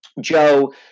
Joe